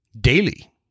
daily